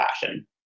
fashion